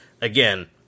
again